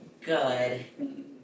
good